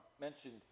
mentioned